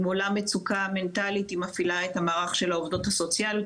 אם עולה מצוקה מנטלית היא מפעילה את המערך של העובדות הסוציאליות,